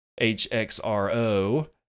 HXRO